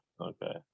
okay